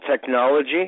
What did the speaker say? technology